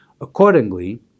Accordingly